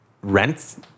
rents